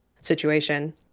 situation